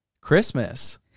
Christmas